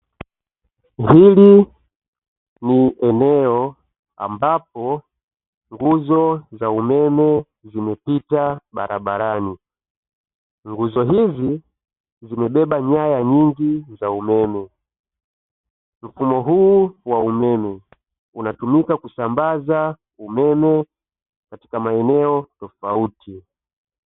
Hili ni eneo ambapo nguzo za umeme zimepita barabarani. Nguzo hizi zimebeba nyaya nyingi za umeme. Mfumo huu wa umeme, unatumika kusambazwa umeme katika maeneo tofauti.